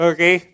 Okay